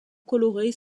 colorés